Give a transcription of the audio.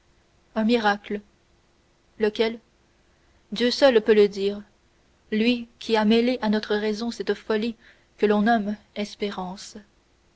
un miracle lequel dieu seul peut le dire lui qui a mêlé à notre raison cette folie que l'on nomme espérance